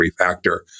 refactor